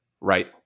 right